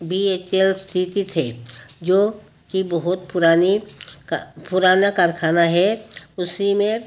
B H L स्थित है जो कि बहुत पुरानी का पुराना कारखाना है उसी में